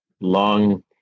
long